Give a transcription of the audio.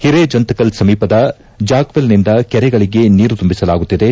ಹಿರೆಜಂತಕಲ್ ಸಮೀಪದ ಚಾಕ್ವೆಲ್ನಿಂದ ಕೆರೆಗಳಿಗೆ ನೀರು ತುಂಬಿಸಲಾಗುತ್ತಿದೆ